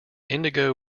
indigo